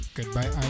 Goodbye